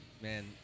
man